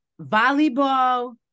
volleyball